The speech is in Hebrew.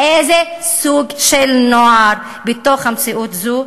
איזה סוג של נוער, בתוך המציאות הזאת,